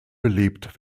belebt